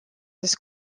this